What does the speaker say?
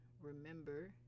remember